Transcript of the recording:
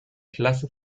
klasse